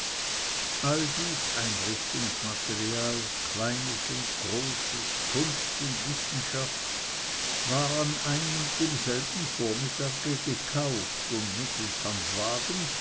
all dies einrichtungsmaterial kleines und großes kunst und wissenschaft war an ein und demselben vormittage gekauft und mittels handwagen